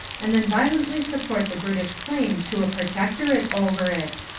and then violently support the british claim to a protectorate over it.